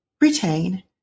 retain